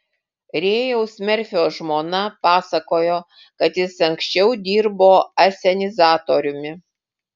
rėjaus merfio žmona pasakojo kad jis anksčiau dirbo asenizatoriumi